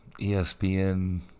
ESPN